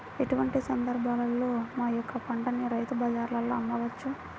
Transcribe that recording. ఎటువంటి సందర్బాలలో మా యొక్క పంటని రైతు బజార్లలో అమ్మవచ్చు?